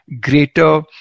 greater